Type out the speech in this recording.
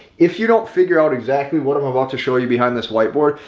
if you don't figure out exactly what i'm about to show you behind this whiteboard,